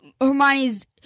Hermione's